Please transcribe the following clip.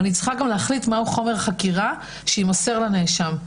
ואני צריכה גם להחליט מהו חומר החקירה שיימסר לנאשם.